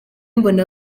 mbona